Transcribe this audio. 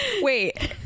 Wait